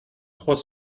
trois